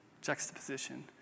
juxtaposition